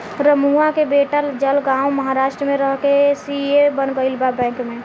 रमुआ के बेटा जलगांव महाराष्ट्र में रह के सी.ए बन गईल बा बैंक में